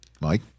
Mike